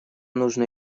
нужно